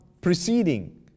preceding